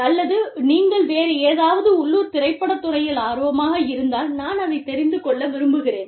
அல்லது நீங்கள் வேறு ஏதாவது உள்ளூர் திரைப்படத் துறையில் ஆர்வமாக இருந்தால் நான் அதைத் தெரிந்து கொள்ள விரும்புகிறேன்